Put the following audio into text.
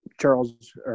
Charles